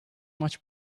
much